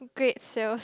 great sales